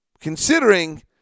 Considering